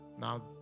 Now